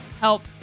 help